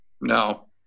No